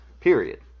Period